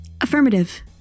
Affirmative